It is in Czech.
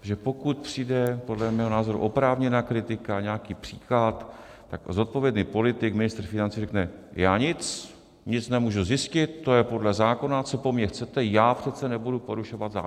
Že pokud přijde podle mého názoru oprávněná kritika, nějaký příklad, tak zodpovědný politik, ministr financí řekne já nic, nic nemůžu zjistit, to je podle zákona, co po mě chcete, já přece nebudu porušovat zákon.